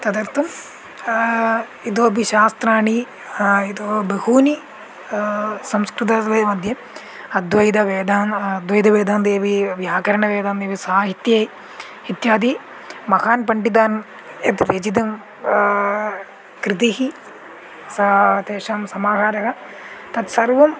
तदर्थम् इतोपि शास्त्राणि इति बहूनि संस्कृतमध्ये वै अद्वैतवेदान्तः अद्वैतवेदान्तेभिः व्याकरणवेदान्तेभिः सा इति इत्यादि महान् पण्डितान् यत् रचितं कृतिः सा तेषां समाहारः तत् सर्वम्